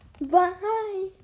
Bye